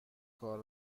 کار